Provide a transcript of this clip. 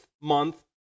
month